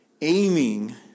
aiming